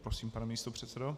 Prosím, pane místopředsedo.